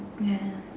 ya